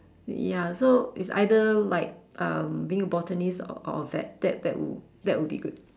ya so it's either like um being a botanist or or that that that would that would be good